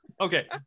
Okay